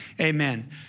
Amen